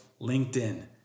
LinkedIn